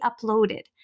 uploaded